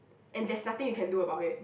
and there's nothing you can do about it